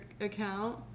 account